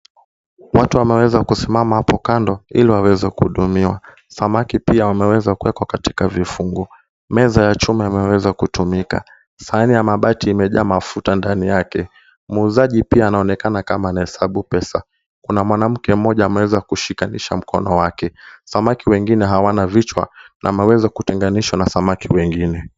Watu wameweza kusimama hapo kando ili waweze kuhudumiwa. Samaki pia wameweza kuwekwa pia katika vifungu. Meza ya chuma imeza kutumika. Sahani ya mabati imejaa mafuta ndani yake. Muuzaji pia anaonekana kama anahesabu pesa. Kuna mwanamke mmoja ameweza kushikanisha mkono wake. Samaki wengine hawana vichwa na wameweza kutenganishwa na samaki wengine.